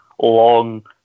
Long